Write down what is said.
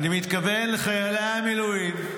אני מתכוון לחיילי המילואים,